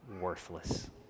worthless